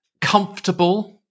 comfortable